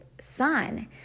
son